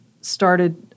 started